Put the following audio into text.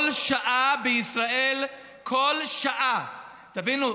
כל שעה בישראל, כל שעה, תבינו.